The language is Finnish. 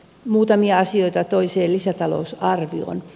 muutamia asioita toiseen lisätalousarvioon